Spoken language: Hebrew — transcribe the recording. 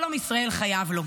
כל עם ישראל חייב לו,